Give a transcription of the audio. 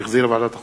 שהחזירה ועדת החוקה,